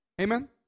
Amen